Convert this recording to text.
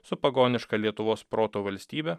su pagoniška lietuvos proto valstybe